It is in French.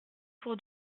pour